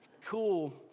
Cool